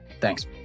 Thanks